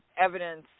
evidence